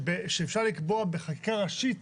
שאפשר לקבוע בחקיקה ראשית